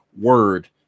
word